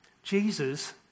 Jesus